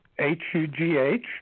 H-U-G-H